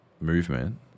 movement